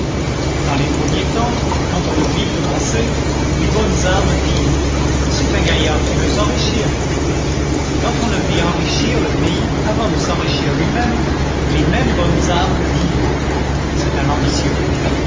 dans les premiers temps quand on le vit commencer les bonnes âmes dirent c'est un gaillard qui veut s'enrichir quand on le vit enrichir le pays avant de s'enrichir lui-même les mêmes bonnes âmes dirent c'est un ambitieux